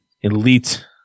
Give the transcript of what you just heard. elite